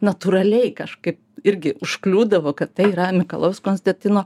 natūraliai kažkaip irgi užkliūdavo kad tai yra mikalojaus konstantino